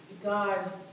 God